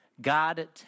God